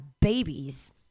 babies